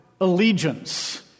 allegiance